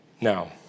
Now